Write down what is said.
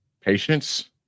patience